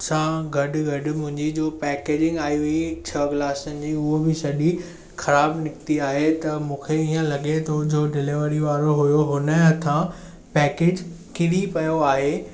सां गॾु गॾु मुंहिंजी जूं पेकेजिंग आई हुई छ्ह गिलासनि जी उहो बि सॼी ख़राबु निकिती आहे त मूंखे हीअं लगे थो जो डिलिवरी वारो हुओ हुनजे हथां पेकेज किरी पियो आहे